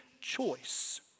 choice